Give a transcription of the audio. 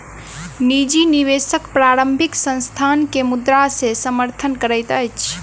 निजी निवेशक प्रारंभिक संस्थान के मुद्रा से समर्थन करैत अछि